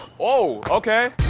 oh, okay.